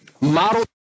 model